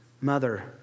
mother